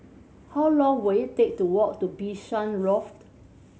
how long will it take to walk to Bishan Loft